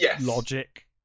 logic